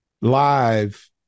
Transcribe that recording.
live